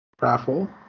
raffle